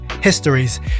histories